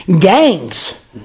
gangs